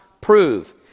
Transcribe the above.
prove